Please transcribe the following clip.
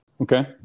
Okay